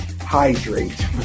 Hydrate